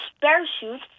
parachute